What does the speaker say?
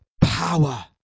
power